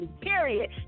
period